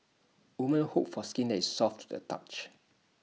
women hope for skin that is soft to the touch